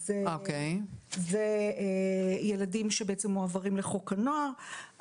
אלה ילדים שבעצם מועברים לחוק הנוער.